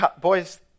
boys